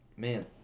Man